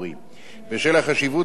בשל החשיבות הרבה הטמונה,